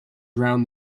drown